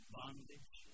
bondage